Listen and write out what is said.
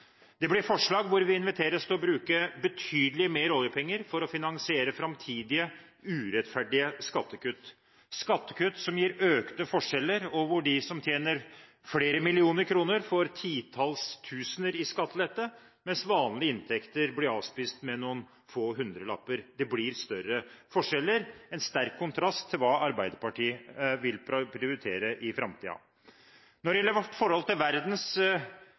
Det blir forslag hvor vi inviteres til å bruke betydelig mer oljepenger for å finansiere framtidige, urettferdige skattekutt – skattekutt som gir økte forskjeller, og hvor de som tjener flere millioner kroner, får titalls tusener i skattelette, mens vanlige inntekter blir avspist med noen få hundrelapper. Det blir større forskjeller – en sterk kontrast til hva Arbeiderpartiet vil prioritere i framtiden. Når det gjelder vårt forhold til verdens